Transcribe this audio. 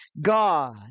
God